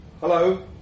Hello